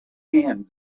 hand